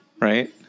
Right